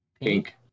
Pink